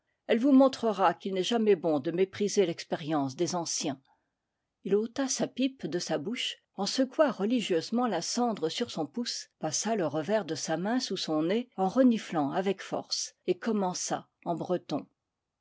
elle vous montrera qu'il n'est jamais bon de mépriser l'expérience des anciens il ôta sa pipe de sa bouche en secoua religieusement la cendre sur son pouce passa le revers de sa main sous son nez en reniflant avec force et commença en breton